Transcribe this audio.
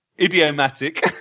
Idiomatic